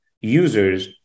users